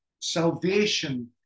salvation